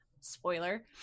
spoiler